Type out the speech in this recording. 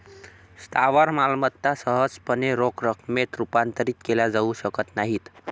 स्थावर मालमत्ता सहजपणे रोख रकमेत रूपांतरित केल्या जाऊ शकत नाहीत